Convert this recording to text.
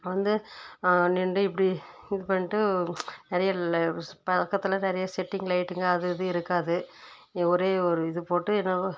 வந்து நின்று இப்படி இது பண்ணிட்டு நிறைய பக்கத்தில் நிறைய செட்டிங் லைட்டுங்க அது இது இருக்காது ஒரே ஒரு இது போட்டு என்னவோ